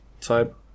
type